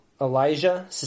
Elijah